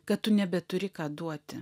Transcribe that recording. kad tu nebeturi ką duoti